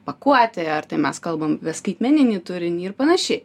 pakuotė ar tai mes kalbam apie skaitmeninį turinį ir panašiai